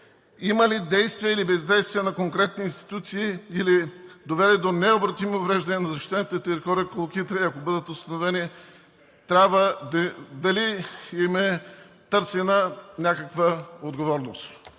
Има ли действие или бездействие на конкретни институции, или доведе до необратимо увреждане на защитената територия „Колокита“, ако бъдат установени, дали им е търсена някаква отговорност?